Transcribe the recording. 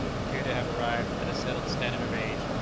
appear to have arrived at a settled standard of age,